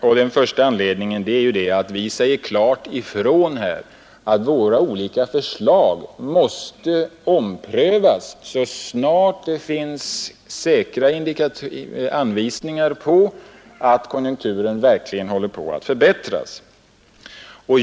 För det första säger vi klart ifrån att våra olika förslag måste omprövas, så snart det finns säkra anvisningar på att konjunkturen verkligen håller på att förbättras.